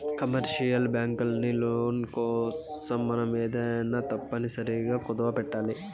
commercial బ్యాంకులకి loan కోసం మనం ఏమైనా తప్పనిసరిగా కుదవపెట్టాలి